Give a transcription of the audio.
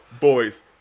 boys